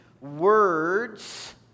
words